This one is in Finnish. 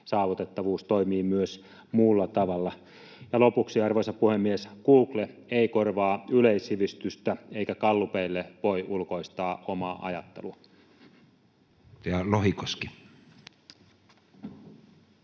saavutettavuus toimii myös muulla tavalla. Ja lopuksi, arvoisa puhemies: Google ei korvaa yleissivistystä, eikä gallupeille voi ulkoistaa omaa ajattelua. Edustaja Lohikoski.